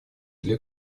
для